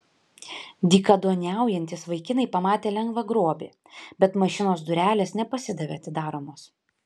dykaduoniaujantys vaikinai pamatė lengvą grobį bet mašinos durelės nepasidavė atidaromos